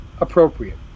appropriate